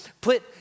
Put